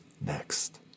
Next